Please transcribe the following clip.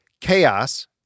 chaos